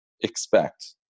expect